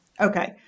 Okay